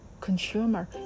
consumer